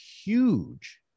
huge